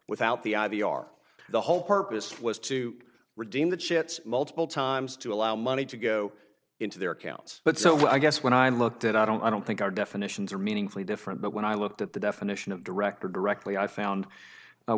without the i v are the whole purpose was to redeem that shit multiple times to allow money to go into their accounts but so i guess when i looked at i don't i don't think our definitions are meaningfully different but when i looked at the definition of director directly i found